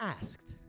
asked